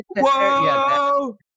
Whoa